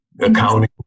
accounting